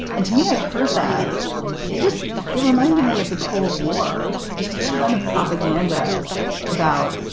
and to me, i heard that it just it reminded me of the cold war, just a ton of propaganda about,